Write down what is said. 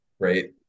great